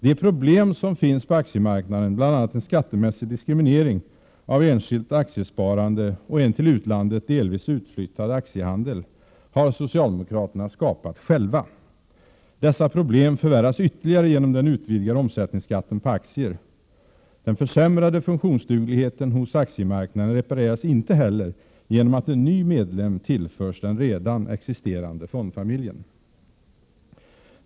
De problem som finns på aktiemarknaden, bl.a. en skattemässig diskriminering av enskilt aktiesparande och en till utlandet delvis utflyttad aktiehandel, har socialdemokraterna skapat själva. Dessa problem förvärras ytterligare genom den utvidgade omsättningsskatten på aktier. Den försämrade funktionsdugligheten hos aktiemarknaden repareras inte heller genom att en ny medlem tillförs den redan existerande fondfamiljen.